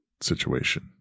situation